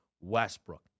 Westbrook